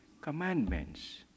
commandments